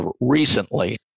recently